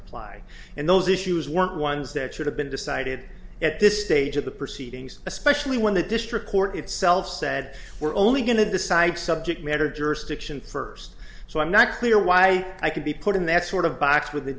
apply and those issues weren't ones that should have been decided at this stage of the proceedings especially when the district court itself said we're only going to decide subject matter jurisdiction first so i'm not clear why i could be put in that sort of box with the